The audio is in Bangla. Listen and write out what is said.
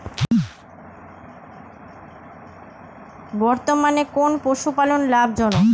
বর্তমানে কোন পশুপালন লাভজনক?